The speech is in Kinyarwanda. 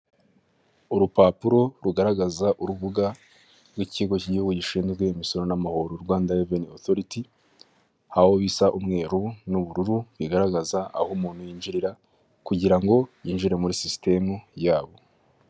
Urupapuro rugaragaza urubuga rw'ikigo cy'igihugu gishinzwe imisoro n'amahoro Rwanda Revenue Authority, aho rusa umweru n'ubururu bigaragaza aho umuntu yinjirira kugira ngo yinjire muri sisitemu yabo.